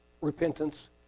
repentance